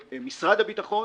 שמשרד הביטחון